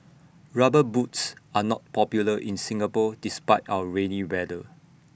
rubber boots are not popular in Singapore despite our rainy weather